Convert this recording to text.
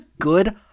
good